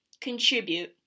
contribute